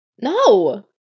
No